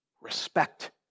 respect